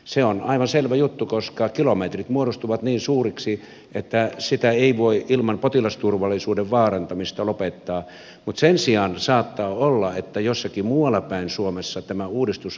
se on aivan selvä juttu koska kilometrit muodostuvat niin suuriksi että sitä ei voi ilman potilasturvallisuuden vaarantamista lopettaa mutta sen sijaan saattaa olla että jossakin muualla päin suomessa tämä uudistus on aivan tervetullut